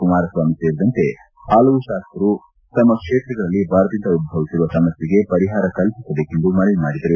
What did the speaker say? ಕುಮಾರಸ್ವಾಮಿ ಸೇರಿದಂತೆ ಪಲವು ಶಾಸಕರು ತಮ್ಮ ಕ್ಷೇತ್ರಗಳಲ್ಲಿ ಬರದಿಂದ ಉಧ್ಧವಿಸಿರುವ ಸಮಸ್ಯೆಗೆ ಪರಿಹಾರ ಕಲ್ಪಿಸಬೇಕೆಂದು ಮನವಿ ಮಾಡಿದರು